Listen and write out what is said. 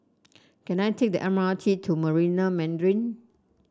can I take the M R T to Marina Mandarin